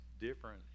different